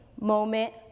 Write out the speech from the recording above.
moment